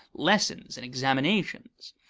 lessons, and examinations.